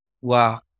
Wow